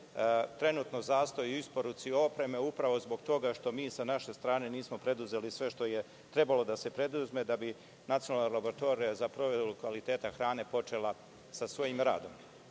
trenutno zastoj u isporuci opreme upravo zbog toga što mi sa naše strane nismo preduzeli sve što je trebalo da se preduzme da bi Nacionalna laboratorija za proveru kvaliteta hrane počela sa svojim